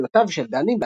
מילותיו של דני,